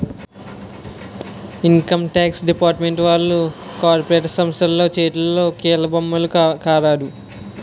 income tax department వాళ్లు corporate సంస్థల చేతిలో కీలుబొమ్మల కారాదు